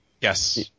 Yes